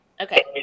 Okay